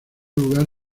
lugar